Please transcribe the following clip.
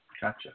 Gotcha